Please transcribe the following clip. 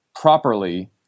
properly